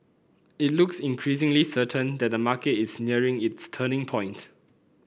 it looks increasingly certain that the market is nearing its turning point